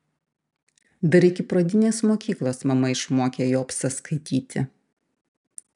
dar iki pradinės mokyklos mama išmokė jobsą skaityti